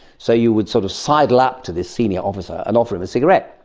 so you would sort of sidle up to this senior officer and offer him a cigarette,